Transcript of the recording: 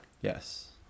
Yes